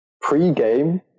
Pre-game